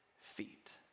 feet